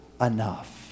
enough